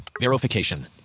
Verification